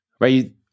right